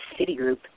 Citigroup